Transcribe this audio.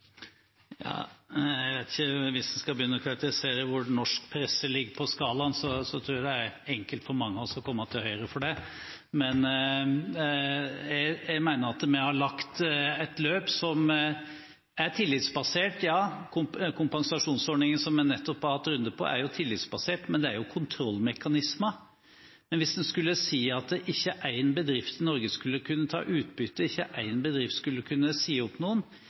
Hvis en skal begynne å karakterisere hvor norsk presse ligger på skalaen, tror jeg det er enkelt for mange å komme til høyre for det. Jeg mener at vi har lagt et løp som er tillitsbasert, ja. Kompensasjonsordningen, som vi nettopp har hatt en runde på, er jo tillitsbasert, men det er jo kontrollmekanismer. Men hvis en skulle si at ikke én bedrift i Norge skulle kunne ta utbytte, og ikke én bedrift skulle kunne si opp noen